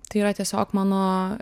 tai yra tiesiog mano